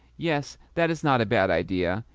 yes, that is not a bad idea,